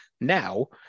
now